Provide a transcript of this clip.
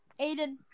Aiden